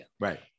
right